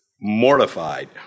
mortified